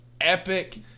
Epic